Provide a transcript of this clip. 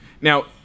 Now